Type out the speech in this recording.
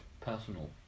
personal